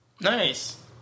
Nice